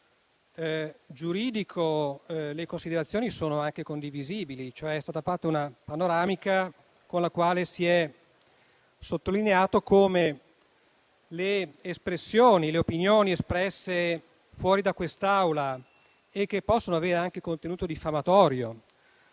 giuridico, le considerazioni sono anche condivisibili. È stata fatta una panoramica con la quale si è sottolineato come le espressioni e le opinioni espresse fuori da quest'Aula, che possono avere anche contenuto diffamatorio,